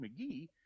McGee